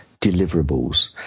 deliverables